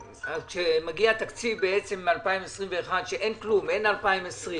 כשמגיע תקציב 2021, כשאין כלום, אין תקציב ל-2020